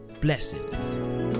Blessings